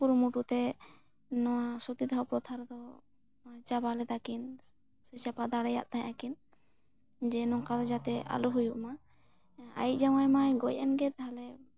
ᱠᱩᱨᱩᱢᱩᱴᱩ ᱛᱮ ᱱᱚᱣᱟ ᱥᱚᱛᱤᱫᱟᱦᱚ ᱯᱚᱛᱷᱟ ᱨᱮᱫᱚ ᱪᱟᱵᱟ ᱞᱮᱫᱟ ᱠᱤᱱ ᱥᱮ ᱪᱟᱵᱟ ᱫᱟᱲᱮᱭᱟ ᱛᱟᱦᱮᱸᱠᱤᱱ ᱡᱮ ᱱᱚᱝᱠᱟ ᱡᱟᱛᱮ ᱟᱞᱚᱢ ᱦᱩᱭᱩᱜ ᱢᱟ ᱟᱭᱤᱡ ᱡᱟᱶᱟᱭ ᱢᱟᱭ ᱜᱚᱡ ᱮᱱᱜᱮ ᱛᱟᱦᱚᱞᱮ